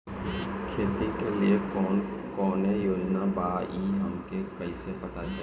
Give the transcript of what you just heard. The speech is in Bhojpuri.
खेती के लिए कौने योजना बा ई हमके कईसे पता चली?